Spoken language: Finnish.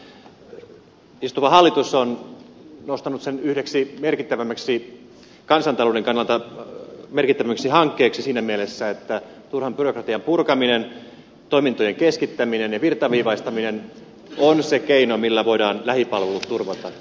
yhtä lailla istuva hallitus on nostanut sen yhdeksi kansantalouden kannalta merkittävimmäksi hankkeeksi siinä mielessä että turhan byrokratian purkaminen toimintojen keskittäminen ja virtaviivaistaminen on se keino millä voidaan lähipalvelut turvata